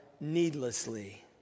needlessly